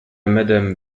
madame